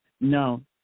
No